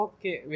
Okay